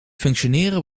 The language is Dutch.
functioneren